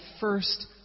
first